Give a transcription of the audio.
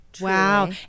Wow